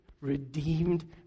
redeemed